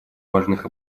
важных